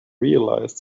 realize